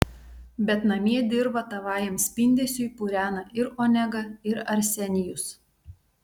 bet namie dirvą tavajam spindesiui purena ir onega ir arsenijus